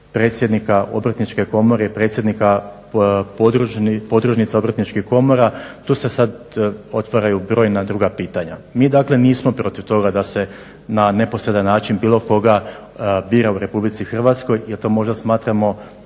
predsjednika obrtničke komore i predsjednika podružnica obrtničkih komora, tu se sada otvaraju brojna druga pitanja. Mi dakle nismo protiv toga da se na neposredan način bilo koga bira u Republici Hrvatskoj jer to možda smatramo